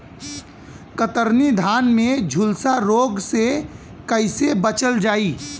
कतरनी धान में झुलसा रोग से कइसे बचल जाई?